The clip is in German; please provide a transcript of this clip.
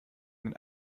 den